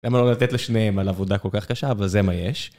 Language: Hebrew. למה לא לתת לשניהם על עבודה כל כך קשה, אבל זה מה יש.